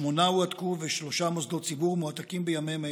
שמונה הועתקו ושלושה מוסדות ציבור מועתקים בימים אלו.